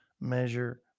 measure